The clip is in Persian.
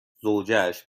زوجهاش